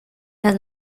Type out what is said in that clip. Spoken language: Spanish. las